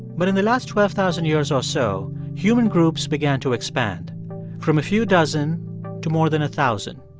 but in the last twelve thousand years or so, human groups began to expand from a few dozen to more than a thousand.